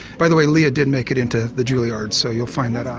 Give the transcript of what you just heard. by the way leah did make it into the juilliard so you'll find that out.